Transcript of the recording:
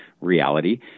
reality